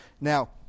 Now